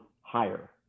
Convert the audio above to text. higher